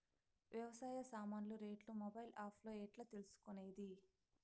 వ్యవసాయ సామాన్లు రేట్లు మొబైల్ ఆప్ లో ఎట్లా తెలుసుకునేది?